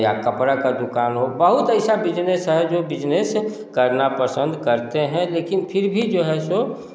या कपड़े का दुकान हो बहुत ऐसा बिजनेस है जो बिजनेस करना पसंद करते हैं लेकिन फिर भी जो है सो